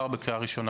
שעבר בקריאה הראשונה.